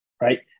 Right